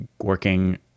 working